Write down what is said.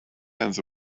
hands